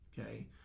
okay